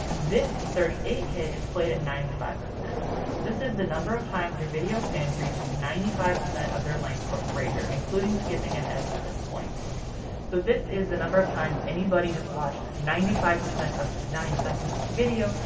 this thirty eight k is played at five percent so this is the number of times your video pin reached ninety five percent of their length or greater including skipping ahead to this point so this is the number of times anybody has watched ninety five percent of the nine seconds of the video,